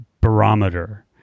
barometer